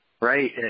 right